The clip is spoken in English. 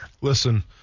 Listen